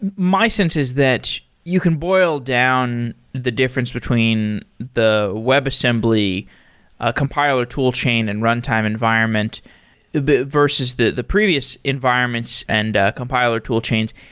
my sense is that you can boil down the difference between the web assembly ah compiler tool chain and runtime environment versus the the previous environments and ah compiler tool chains.